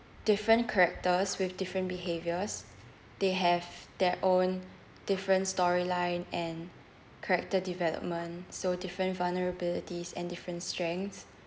different characters with different behaviours they have their own different storyline and character development so different vulnerabilities and different strengths